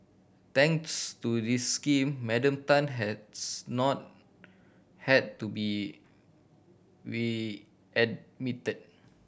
thanks to this scheme Madam Tan has not had to be